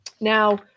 Now